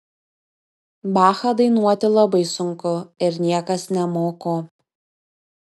bachą dainuoti labai sunku ir niekas nemoko